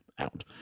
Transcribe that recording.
out